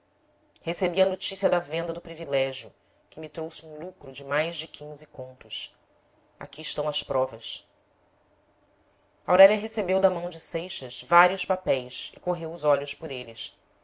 recebi a notícia da venda do privilégio que me trouxe um lucro de mais de quinze con tos aqui estão as provas aurélia recebeu da mão de seixas vários papéis e correu os olhos por eles